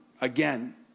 again